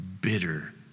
bitter